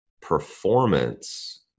performance